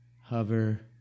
hover